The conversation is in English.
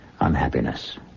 unhappiness